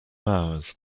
hours